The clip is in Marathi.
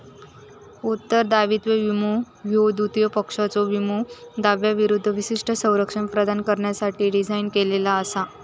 उत्तरदायित्व विमो ह्यो तृतीय पक्षाच्यो विमो दाव्यांविरूद्ध विशिष्ट संरक्षण प्रदान करण्यासाठी डिझाइन केलेला असा